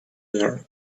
their